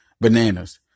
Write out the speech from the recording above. bananas